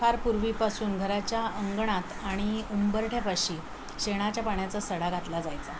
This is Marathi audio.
फार पूर्वीपासून घराच्या अंगणात आणि उंबरठ्यापाशी शेणाच्या पाण्याचा सडा घातला जायचा